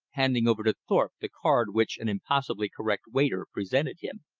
handing over to thorpe the card which an impossibly correct waiter presented him.